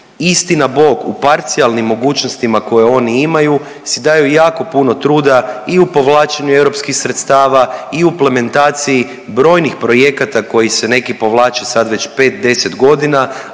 istina Bog u parcijalnim mogućnostima koje oni imaju si daju jako puno truda i u povlačenju europskih sredstava i u plementaciji brojnih projekata koji se neki povlače sad već pet, deset